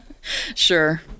Sure